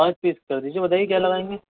پانچ پیس کر دیجیے بتائیے کیا لگائیں گے